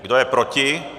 Kdo je proti?